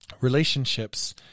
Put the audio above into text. relationships